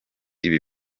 ibi